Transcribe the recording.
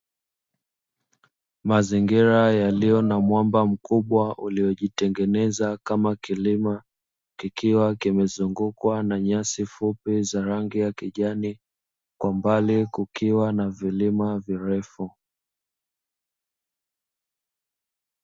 Mazingira yaliyo na mwamba mkubwa uliojitengeneza kama kilima, kikiwa kimezungungukwa na nyasi fupi za rangi ya kijani kwa mbali kukiwa na vilima virefu.